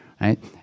right